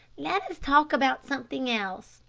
let us talk about something else.